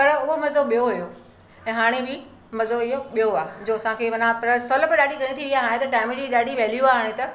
पर उहो मज़ो ॿियो हुयो ऐं हाणे बि मज़ो इहो ॿियो आहे जो असांखे माना प्लस सहुलियत ॾाढी घणी थी वई आहे हाणे त टाइम जी ॾाढी वैल्यू आहे हाणे त